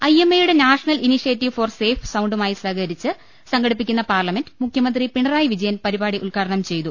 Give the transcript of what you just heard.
IMA യുടെ national initiative for safe സൌണ്ടുമായി സഹകരിച്ച് സംഘടിപ്പിക്കുന്ന പാർല മെന്റ് മുഖ്യമന്ത്രി പിണറായി വിജയൻ പ്പരിപാടി ഉദ്ഘാടനം ചെയ്തു